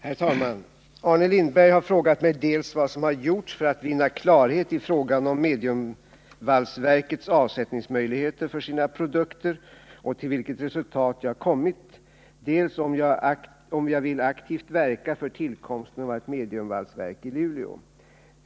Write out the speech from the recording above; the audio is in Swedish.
Herr talman! Arne Lindberg har frågat mig dels vad som har gjorts för att vinna klarhet i frågan om mediumvalsverkets möjligheter att avsätta sina produkter och till vilket resultat jag har kommit, dels om jag vill aktivt verka för tillkomsten av ett mediumvalsverk i Luleå.